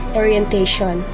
orientation